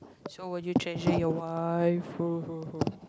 so will you treasure your wife ho ho ho